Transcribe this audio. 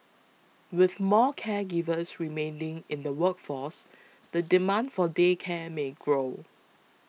with more caregivers remaining in the workforce the demand for day care may grow